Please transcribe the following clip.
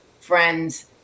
friends